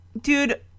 dude